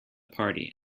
party